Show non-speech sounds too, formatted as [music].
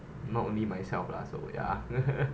not only myself lah so ya [noise]